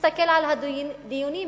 תסתכל על הדיונים בכנסת,